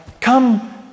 Come